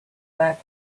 back